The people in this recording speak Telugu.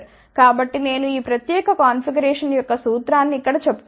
కాబట్టి నేను ఈ ప్రత్యేకమైన కాన్ఫిగరేషన్ యొక్క సూత్రాన్ని ఇక్కడ చెప్తున్నాను